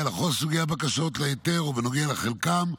לכל סוגי הבקשות להיתר או בנוגע לחלקם,